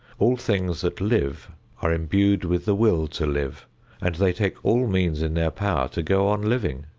all things that live are imbued with the will to live and they take all means in their power to go on living.